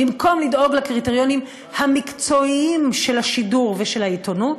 במקום לדאוג לקריטריונים המקצועיים של השידור ושל העיתונות,